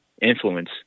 influence